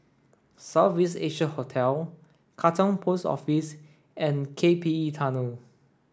South East Asia Hotel Katong Post Office and K P E Tunnel